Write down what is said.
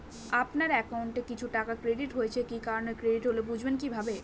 আপনার অ্যাকাউন্ট এ কিছু টাকা ক্রেডিট হয়েছে কি কারণে ক্রেডিট হল বুঝবেন কিভাবে?